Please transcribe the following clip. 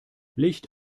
licht